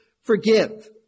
forgive